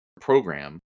program